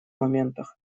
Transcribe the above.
моментах